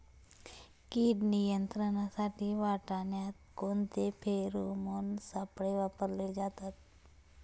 कीड नियंत्रणासाठी वाटाण्यात कोणते फेरोमोन सापळे वापरले जातात?